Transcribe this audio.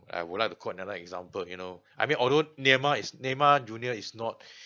I would like to quote another example you know I mean although neymar is neymar junior is not